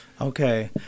Okay